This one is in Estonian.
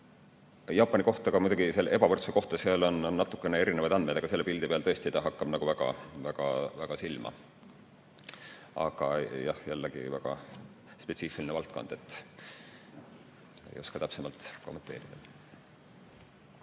Jaapani kohta, selle ebavõrdsuse kohta on muidugi natukene erinevaid andmeid, aga selle pildi peal tõesti ta hakkab väga silma. Aga jah, jällegi väga spetsiifiline valdkond, nii et ma ei oska täpsemalt kommenteerida.